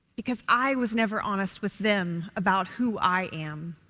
because i was never honest with them about who i am.